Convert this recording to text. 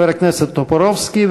חבר הכנסת טופורובסקי,